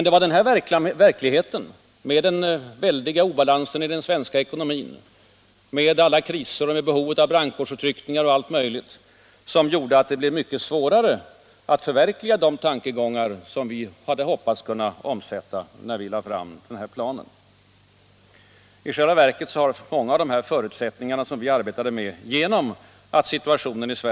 Det var den här verkligheten — med den väldiga obalansen i den svenska ekonomin, med alla kriser och med behov av brandkårsutryckningar m.m. som gjorde att det blev svårt att förverkliga de tankegångar som vi hade hoppats kunna omsätta i praktiken när vi lade fram planen. I själva verket har många av de förutsättningar som vi arbetade med ändrats.